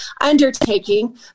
Undertaking